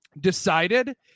decided